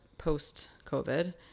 post-COVID